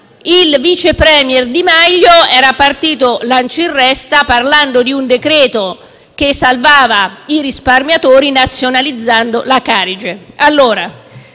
il vice premier Di Maio era partito lancia in resta parlando di un decreto-legge che avrebbe salvato i risparmiatori, nazionalizzando la Carige.